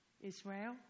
Israel